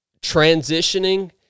transitioning